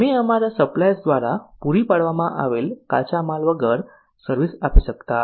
અમે અમારા સપ્લાયર્સ દ્વારા પૂરી પાડવામાં આવેલ કાચા માલ વગર સર્વિસ આપી શકતા નથી